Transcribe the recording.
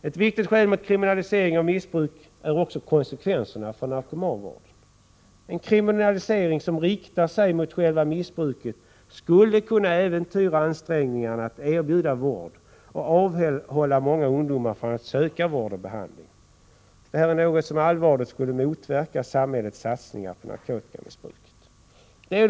Ett viktigt skäl mot kriminalisering av missbruk är också konsekvenserna för narkomanvården. En kriminalisering som riktar sig mot själva missbruket skulle kunna äventyra ansträngningarna att erbjuda vård och avhålla många ungdomar från att söka vård och behandling, något som allvarligt skulle motverka samhällets satsningar mot narkotikamissbruket.